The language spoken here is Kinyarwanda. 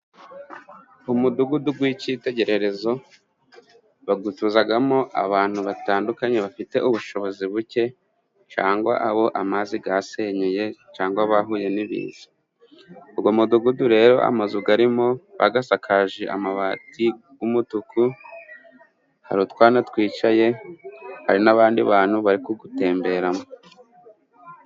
Umudugudu w'Icyitegererezo, bawutuzamo abantu batandukanye bafite ubushobozi buke, cyangwa abo amazi yasenyeye, cyangwa byahuye n'ibiza. Uwo mudugudu rero amazu arimo bayasakaje amabati y'umutuku, hari utwana twicaye, hari n'abandi bantu bari kuwutemberamo..